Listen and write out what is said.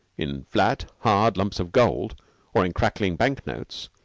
in flat, hard lumps of gold or in crackling bank-notes,